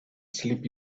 slip